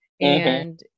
And-